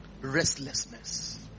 Restlessness